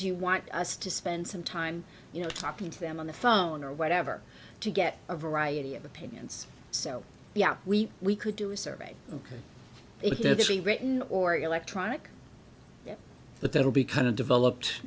do you want us to spend some time you know talking to them on the phone or whatever to get a variety of opinions so yeah we we could do a survey if there's any written or electronic but there will be kind of developed